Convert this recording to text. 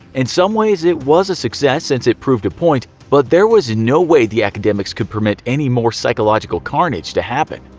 in some ways it was a success since it proved a point, but there was no way the academics could permit anymore psychological carnage to happen.